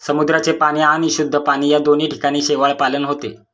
समुद्राचे पाणी आणि शुद्ध पाणी या दोन्ही ठिकाणी शेवाळपालन होते